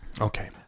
Okay